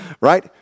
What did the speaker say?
Right